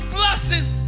blesses